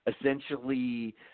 essentially